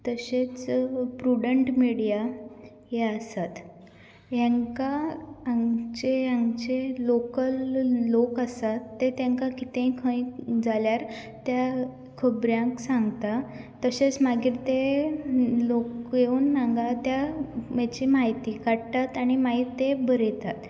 तशेंच Prudent Media हे आसात हांकां आमचे हांगाचे लोकल लोक आसात ते तांकांय कितेंय खंय जाल्यार त्या खबऱ्यांक सांगता तशेंच मागीर ते लोक येवन हांगा त्या हाची म्हायती काडटात आनी मागीर ते बरयतात